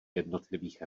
jednotlivých